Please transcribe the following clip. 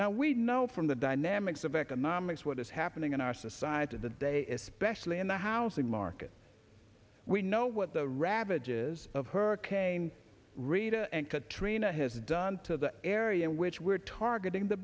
now we know from the dynamics of economics what is happening in our society the day especially in the housing market we know what the ravages of hurricane rita and katrina has done to the area in which we're targeting the